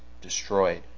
destroyed